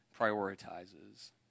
prioritizes